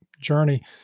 journey